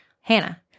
Hannah